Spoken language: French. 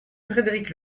frédéric